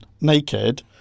naked